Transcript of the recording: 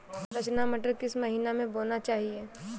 रचना मटर किस महीना में बोना चाहिए?